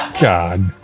God